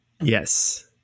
Yes